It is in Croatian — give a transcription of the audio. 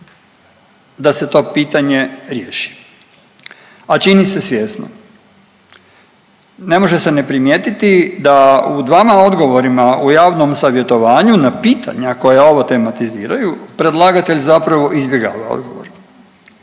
da se to pitanje riješi, a čini se svjesno. Ne može se ne primijetiti da u dvama odgovorima u javnom savjetovanju na pitanja koja ovo tematiziraju predlagatelj zapravo izbjegava odgovor.